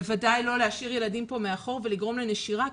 בוודאי לא להשאיר ילדים פה מאחור ולגרום לנשירה,